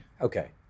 Okay